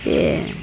சரி